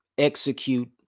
execute